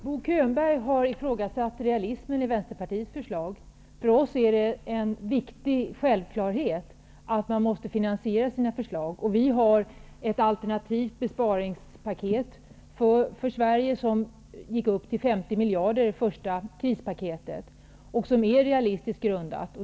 Herr talman! Bo Könberg har ifrågasatt realismen i Vänsterpartiets förslag. För oss är det en viktig självklarhet att man måste finansiera sina förslag. Vi har ett alternativt besparingspaket för Sverige, med besparingar som gick upp till 50 miljarder kronor i det första krispaketet, också det realistiskt grundat.